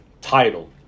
title